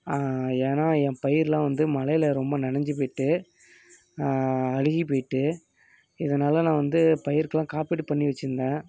ஏன்னா என் பயிரெலாம் வந்து மழைல ரொம்ப நனஞ்சி போயிட்டு அழுகிப் போயிட்டு இதனால் நான் வந்து பயிர்க்கெலாம் காப்பீடு பண்ணி வெச்சிருந்தேன்